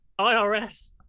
IRS